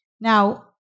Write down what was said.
Now